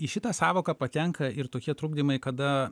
į šitą sąvoką patenka ir tokie trukdymai kada